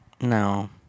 No